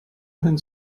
hin